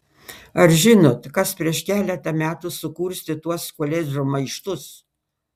ar žinot kas prieš keletą metų sukurstė tuos koledžų maištus